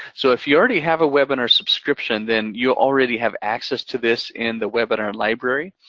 so if you already have a webinar subscription, then you'll already have access to this in the webinar library.